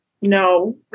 No